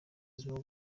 buzima